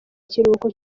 kiruhuko